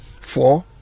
four